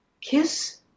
kiss